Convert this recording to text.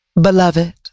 Beloved